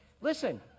listen